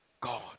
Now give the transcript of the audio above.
God